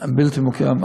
הבלתי-מוכרים.